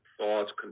thoughts